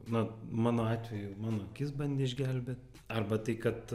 na mano atveju mano akis bandė išgelbėt arba tai kad